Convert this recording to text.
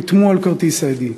חתמו על כרטיס "אדי".